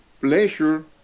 pleasure